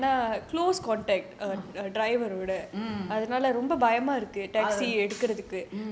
uh mm